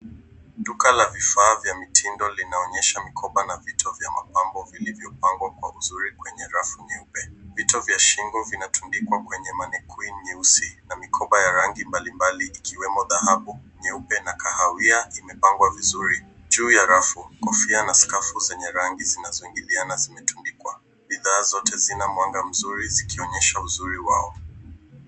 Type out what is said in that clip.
Duka la vifaa vya mitindo linaonyesha mikoba na vito vya mapambo vilivyopangwa kwa uzuri kwenye rafu nyeupe. Vito vya shingo vinatundikwa kwenye manekini nyeusi na mikoba ya rangi mbalimbali ikiwemo dhahabu, nyeupe, na kahawia imepangwa vizuri. Juu ya rafu, kofia na skafu zenye rangi zinazoingiliana zimetundikwa. Bidhaa zote zina mwanga mzuri, zikionyesha uzuri wao.